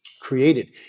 created